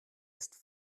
ist